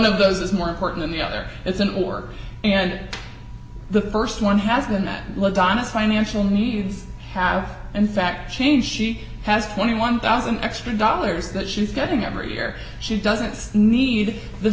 of those is more important than the other isn't work and the st one has been that donna's financial needs have in fact changed she has twenty one thousand extra dollars that she's getting every year she doesn't need the